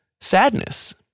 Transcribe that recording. sadness